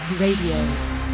Radio